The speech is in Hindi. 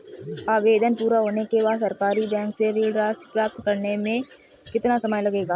आवेदन पूरा होने के बाद सरकारी बैंक से ऋण राशि प्राप्त करने में कितना समय लगेगा?